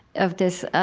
of this